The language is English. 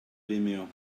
vimeo